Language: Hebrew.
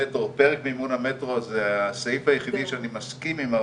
סדר העדיפות ויותר על חשבון הנהנים הספציפיים.